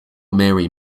mary